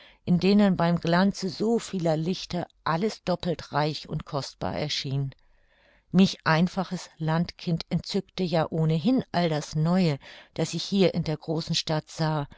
in denen beim glanze so vieler lichter alles doppelt reich und kostbar erschien mich einfaches landkind entzückte ja ohnehin all das neue das ich hier in der großen stadt sah